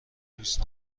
دوست